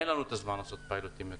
אין לנו את הזמן לעשות פיילוטים יותר.